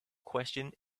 question